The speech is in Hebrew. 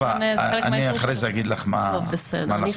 אתי, אני אחרי זה אגיד לך מה לעשות, מה הפרוצדורה.